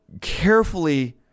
carefully